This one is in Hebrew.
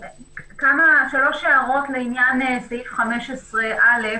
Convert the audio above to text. שלוש הערות לעניין סעיף 15(א).